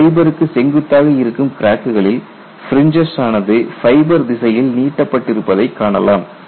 ஃபைபருக்கு செங்குத்தாக இருக்கும் கிராக்குகளில் பிரின்ஜஸ் ஆனது ஃபைபர் திசையில் நீட்டப்பட்டிருப்பதைக் காணலாம்